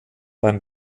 beim